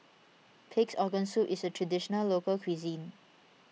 Pig's Organ Soup is a Traditional Local Cuisine